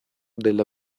della